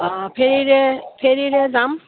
অঁ ফেৰীৰে ফেৰীৰে যাম